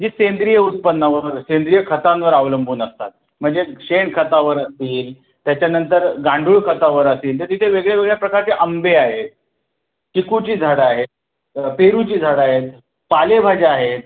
ही सेंद्रिय उत्पन्नावर सेंद्रिय खतांवर अवलंबून असतात म्हणजे शेणखतावर असतील त्याच्यानंतर गांडूळखतावर असतील तर तिथे वेगळ्या वेगळ्या प्रकारचे आंबे आहेत चिकूची झाडं आहेत पेरूची झाडं आहेत पालेभाज्या आहेत